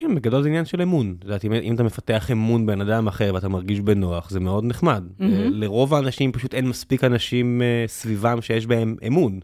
בגדול זה עניין של אמון לדעתי, אם אתה מפתח אמון באדם אחר ואתה מרגיש בנוח, זה מאוד נחמד. לרוב האנשים פשוט אין מספיק אנשים סביבם שיש בהם אמון.